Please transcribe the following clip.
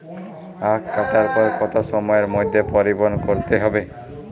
আখ কাটার পর কত সময়ের মধ্যে পরিবহন করতে হবে?